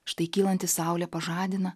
štai kylanti saulė pažadina